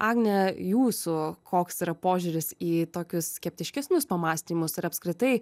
agne jūsų koks yra požiūris į tokius skeptiškesnius pamąstymus ir apskritai